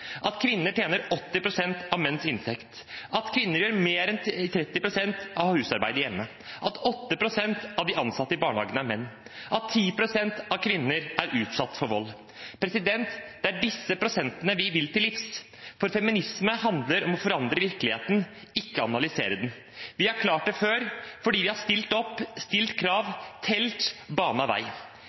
at det er ubehagelig å se prosentene – at kvinner tjener 80 pst. av det menn gjør, at kvinner gjør mer enn 30 pst. av husarbeidet hjemme, at 8 pst. av de ansatte i barnehagen er menn, at 10 pst. av kvinnene er utsatt for vold. Det er disse prosentene vi vil til livs. For feminisme handler om å forandre virkeligheten, ikke om å analysere den. Vi har klart det før fordi vi har stilt opp,